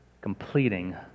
Completing